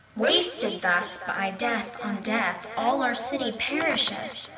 wasted thus by death on death all our city perisheth.